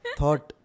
thought